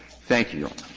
thank you,